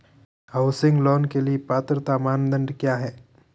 Housing loan के लिए पात्रता मानदंड क्या हैं?